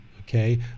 Okay